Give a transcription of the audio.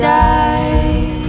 die